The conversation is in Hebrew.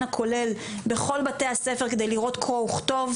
הכולל בכל בתי הספר כדי לראות קרוא וכתוב,